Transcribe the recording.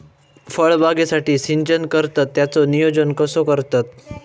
फळबागेसाठी सिंचन करतत त्याचो नियोजन कसो करतत?